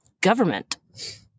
government